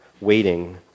waiting